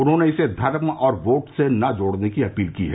उन्होंने इसे धर्म और वोट से न जोड़ने की अपील की है